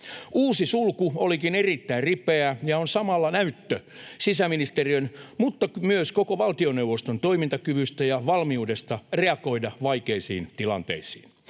Uusi sulku olikin erittäin ripeä ja on samalla näyttö sisäministeriön mutta myös koko valtioneuvoston toimintakyvystä ja valmiudesta reagoida vaikeisiin tilanteisiin.